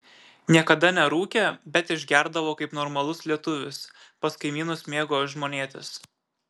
niekada nerūkė bet išgerdavo kaip normalus lietuvis pas kaimynus mėgo žmonėtis